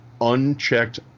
unchecked